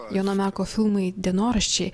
jono meko filmai dienoraščiai